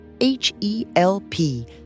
H-E-L-P